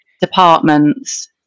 departments